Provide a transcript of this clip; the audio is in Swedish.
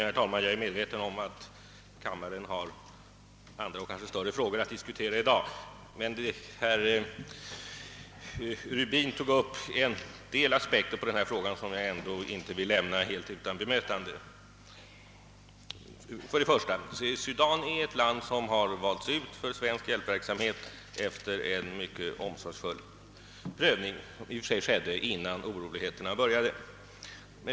Herr talman! Jag är medveten om att kammaren har andra och kanske större frågor att diskutera i dag, men herr Rubin tog upp en del aspekter på denna fråga, som jag ändå inte vill lämna helt utan bemötande. För det första är Sudan ett land som valts ut för svensk hjälpverksamhet efter en mycket omsorgsfull prövning, som skedde innan oroligheterna började.